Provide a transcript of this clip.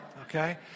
okay